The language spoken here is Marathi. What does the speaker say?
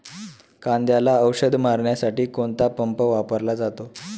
कांद्याला औषध मारण्यासाठी कोणता पंप वापरला जातो?